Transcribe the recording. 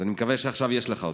אני מקווה שעכשיו יש לך אותה.